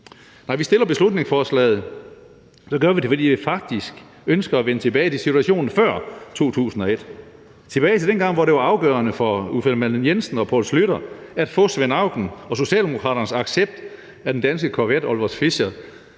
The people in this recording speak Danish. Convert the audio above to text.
når vi fremsætter beslutningsforslaget, gør vi det, fordi vi faktisk ønsker at vende tilbage til situationen før 2001 – tilbage til dengang, hvor det var afgørende for Uffe Ellemann-Jensen og Poul Schlüter at få Svend Aukens og Socialdemokraternes accept af den danske korvet Olfert Fischers